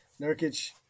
Nurkic